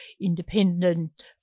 independent